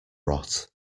rot